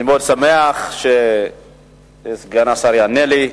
אני מאוד שמח שסגן השר יענה לי.